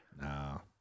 No